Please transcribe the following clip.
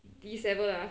D seven ah